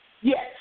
Yes